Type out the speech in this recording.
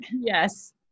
Yes